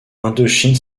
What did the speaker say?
indochine